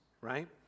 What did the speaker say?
right